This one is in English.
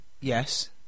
Yes